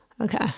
Okay